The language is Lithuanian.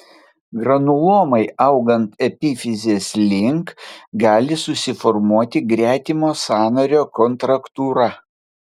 granulomai augant epifizės link gali susiformuoti gretimo sąnario kontraktūra